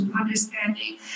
understanding